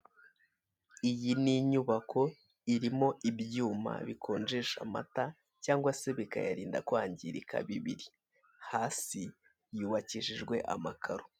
Iyi ni inyubako irimo ibyuma bikonjesha amata cyangwa se bikayarinda kwangirika bibiri hasi yubakishije amakaro.